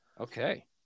Okay